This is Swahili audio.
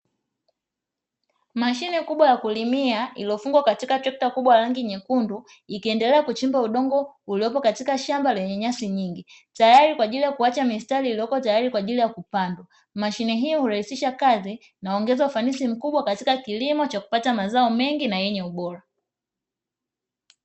Mashine kubwa ya kulimia iliyofungwa katika trekta kubwa rangi nyekundu, ikiendelea kuchimba udongo uliopo katika shamba lenye nyasi nyingi, tayari kwa ajili ya kuacha mistari iliyoko tayari kwa ajili ya kupandwa. Mashine hiyo hurahisisha kazi na huongeza ufanisi mkubwa katika kilimo cha kupata mazao mengi na yenye ubora.